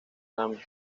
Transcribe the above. grammy